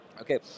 Okay